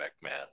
man